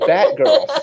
Batgirl